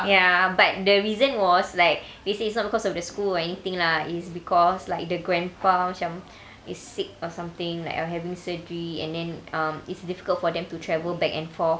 ya but the reason was like they say it's not because of the school or anything lah is because like the grandpa macam is sick or something like oh having surgery and then um it's difficult for them to travel back and forth